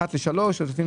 ב-610 או ב-800,